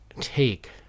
take